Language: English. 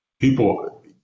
people